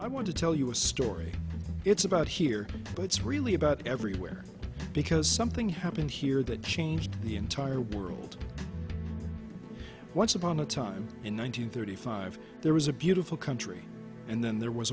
i want to tell you a story it's about here but it's really about everywhere because something happened here that changed the entire world once upon a time in one thousand nine hundred five there was a beautiful country and then there was